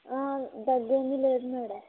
దగ్గేమి లేదు మేడం